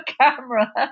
camera